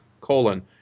colon